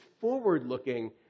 forward-looking